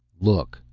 look,